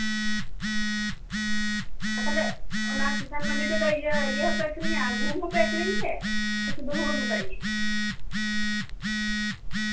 ᱟᱨ ᱛᱟᱞᱦᱮ ᱚᱱᱟ ᱠᱤᱥᱟᱱ ᱢᱟᱱᱰᱤ ᱨᱮ ᱫᱚ ᱤᱭᱟᱹ ᱤᱭᱟᱹ ᱦᱚᱸᱯᱮ ᱟᱹᱠᱷᱨᱤᱧᱟ ᱜᱩᱦᱩᱢ ᱦᱚᱸᱯᱮ ᱟᱹᱠᱷᱨᱤᱧ ᱛᱮ ᱥᱮ ᱮᱠᱷᱮᱱ ᱦᱩᱲᱩ ᱢᱚᱛᱚ ᱜᱮ